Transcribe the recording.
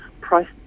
price